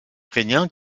craignant